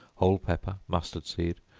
whole pepper, mustard seed,